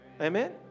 Amen